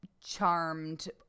charmed